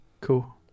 Cool